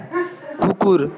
কুকুর